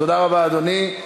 תודה רבה, אדוני.